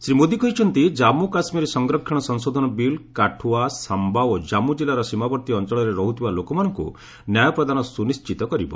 ଶ୍ରୀ ମୋଦୀ କହିଛନ୍ତି ଜାମ୍ପୁ ଓ କାଶ୍ମୀର ସଂରକ୍ଷଣ ସଂଶୋଧନ ବିଲ୍ କାଠୁଆ ସାମ୍ଘା ଓ ଜାନ୍ପୁ ଜିଲ୍ଲାର ସୀମାବର୍ତ୍ତୀ ଅଞ୍ଚଳରେ ରହୁଥିବା ଲୋକମାନଙ୍କୁ ନ୍ୟାୟ ପ୍ରଦାନ ସୁନିଶ୍ଚିତ କରିବ